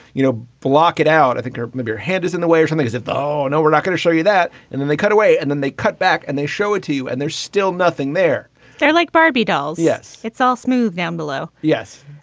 you know, block it out. i think maybe your head is in the way or something, is it? oh, no, we're not going to show you that. and then they cut away and then they cut back and they show it to you. and there's still nothing there they're like barbie dolls. yes. it's all smooth. zambello. yes.